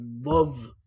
love